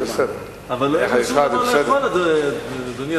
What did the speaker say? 1. האם נכון הדבר?